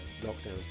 Lockdown